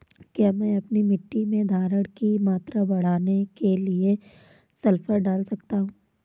क्या मैं अपनी मिट्टी में धारण की मात्रा बढ़ाने के लिए सल्फर डाल सकता हूँ?